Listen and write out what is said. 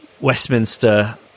Westminster